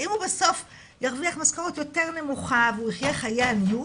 ואם הוא בסוף ירוויח משכורת יותר נמוכה והוא יחיה חיי עניות,